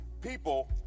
people